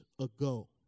ago